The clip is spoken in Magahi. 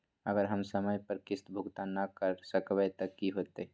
अगर हम समय पर किस्त भुकतान न कर सकवै त की होतै?